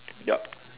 yup